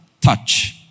touch